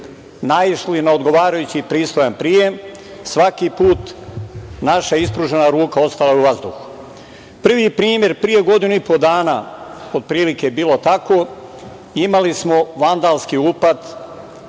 naišli na odgovarajući i pristojan prijem. Svaki put naša ispružena ruka ostala je u vazduhu. Prvi primer, pre godinu i po dana, otprilike je bilo tako, imali smo vandalski upad